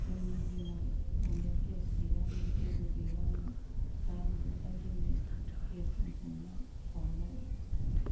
जोंनि दिनाव अनेक गेस गैयामोन जेबो गैयामोन दा नुबोबाय जोङो गेसजों संनाय खावनाय